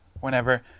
Whenever